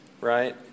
right